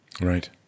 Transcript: Right